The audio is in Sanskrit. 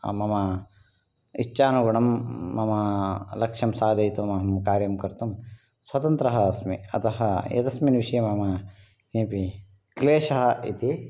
मम इच्छानुगुणं मम लक्ष्यं साधयितुमहं कार्यं कर्तुं स्वतन्त्रः अस्मि अतः एतस्मिन् विषये मम किमपि क्लेशः इति